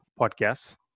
podcasts